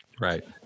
Right